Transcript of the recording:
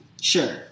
Sure